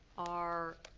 are